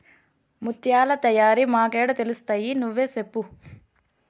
ముత్యాల తయారీ మాకేడ తెలుస్తయి నువ్వే సెప్పు